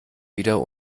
wieder